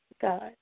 God